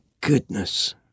goodness